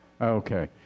Okay